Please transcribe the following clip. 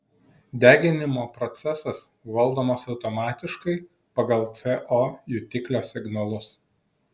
deginimo procesas valdomas automatiškai pagal co jutiklio signalus